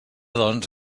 doncs